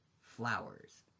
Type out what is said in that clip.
flowers